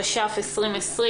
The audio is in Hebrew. התש"ף 2020,